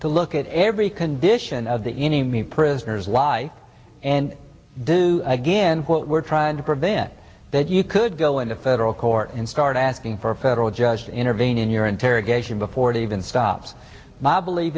to look at every condition of the enemy prisoners lie and do again what we're trying to prevent that you could go into federal court and start asking for a federal judge to intervene in your interrogation before it even stops my believe